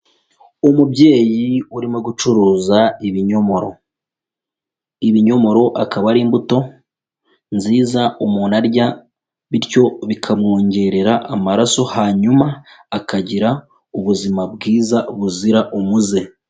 Umubyeyi urimo gucuruza ibinyomoro, ibinyomoro akaba ari imbuto nziza umuntu arya bityo bikamwongerera amaraso hanyuma akagira ubuzima bwiza buzira umuze.